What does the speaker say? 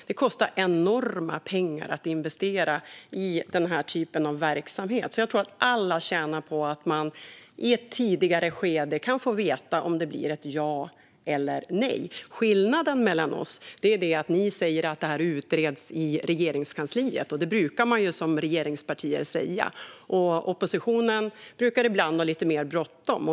Det kostar enorma pengar att investera i den här typen av verksamhet. Jag tror att alla tjänar på att man i ett tidigare skede kan få veta om det blir ett ja eller ett nej. Skillnaden mellan oss är att ni säger att detta utreds i Regeringskansliet. Det brukar man ju säga som regeringsparti. Oppositionen brukar ibland ha lite mer bråttom.